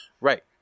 Right